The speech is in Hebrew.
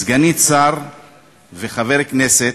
סגנית שר וחבר כנסת,